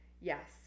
yes